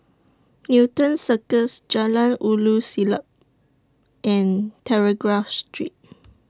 Newton Circus Jalan Ulu Siglap and Telegraph Street